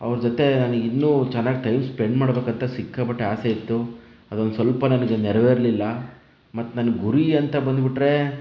ಅವರ ಜೊತೆ ನನಗೆ ಇನ್ನೂ ಚೆನ್ನಾಗಿ ಟೈಮ್ ಸ್ಪೆಂಡ್ ಮಾಡಬೇಕಂತ ಸಿಕ್ಕಾಪಟ್ಟೆ ಆಸೆ ಇತ್ತು ಅದೊಂದು ಸ್ವಲ್ಪ ನನಗೆ ನೆರವೇರಲಿಲ್ಲ ಮತ್ತು ನನ್ನ ಗುರಿ ಅಂತ ಬಂದುಬಿಟ್ಟರೆ